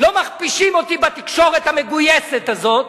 לא מכפישים אותי בתקשורת המגויסת הזאת,